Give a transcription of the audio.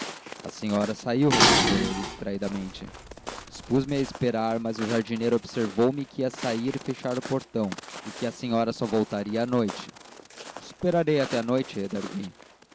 a senhora saiu respondeu ele distraidamente dispus-me a esperar mas o jardineiro observou me que ia sair e fechar o portão e que a senhora só voltaria à noite esperarei até à noite